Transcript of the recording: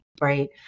right